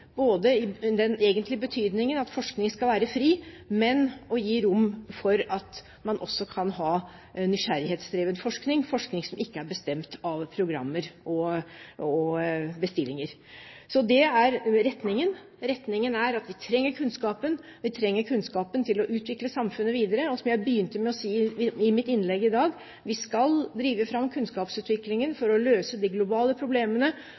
for at man også kan ha nysgjerrighetsdrevet forskning – forskning som ikke er bestemt av programmer og bestillinger. Det er retningen. Retningen er at vi trenger kunnskapen, vi trenger kunnskapen til å utvikle samfunnet videre. Som jeg begynte mitt hovedinnlegg med i dag: Vi skal drive fram kunnskapsutviklingen for å løse de globale problemene,